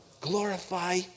Glorify